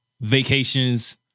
vacations